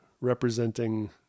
representing